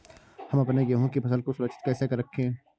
हम अपने गेहूँ की फसल को सुरक्षित कैसे रखें?